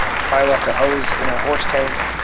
if i left a hose in our hose tank